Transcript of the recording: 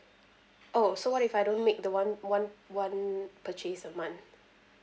oh so what if I don't make the one one one purchase a month